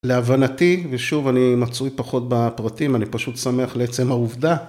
להבנתי, ושוב, אני מצוי פחות בפרטים, אני פשוט שמח לעצם העובדה.